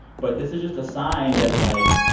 but this is just a sign that, like,